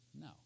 no